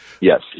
Yes